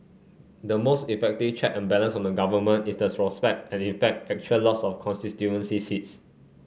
the most effective check and balance on the Government is the prospect and in fact actual loss of constituency seats